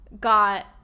got